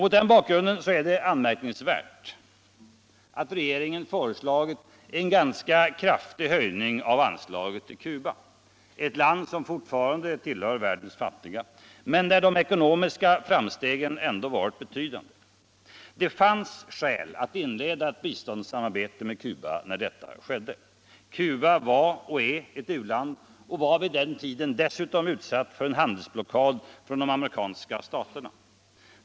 Mot den bakgrunden är det anmärkningsvärt att regeringen föreslagit en ganska kraftig höjning av anslaget till Cuba, ett land som fortfarande tillhör världens fattiga men där de ekonomiska framstegen ändå har varit betydande. Det fanns skäl att inleda ett biståndssamarbete med Cuba när detta skedde. Cuba var och är ett u-land och var vid den tidpunkten dessutom utsatt för en handelsblockad från de amerikanska staterna.